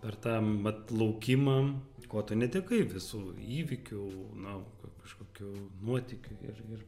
per tą vat laukimą ko tu netekai visų įvykių na kažkokių nuotykių ir ir